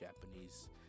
Japanese